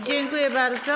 Dziękuję bardzo.